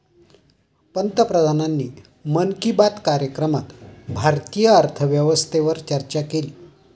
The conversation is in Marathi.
पंतप्रधानांनी मन की बात कार्यक्रमात भारतीय अर्थव्यवस्थेवर चर्चा केली